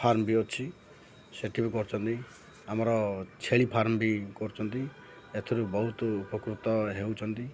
farm ବି ଅଛି ସେଠି ବି କରୁଛନ୍ତି ଆମର ଛେଳି ଫାର୍ମ ବି କରୁଛନ୍ତି ଏଥିରୁ ବହୁତ ଉପକୃତ ହେଉଛନ୍ତି